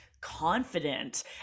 confident